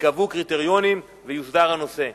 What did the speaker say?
ייקבעו קריטריונים ויוסדר הנושא.